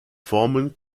formen